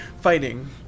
Fighting